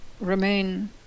remain